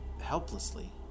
helplessly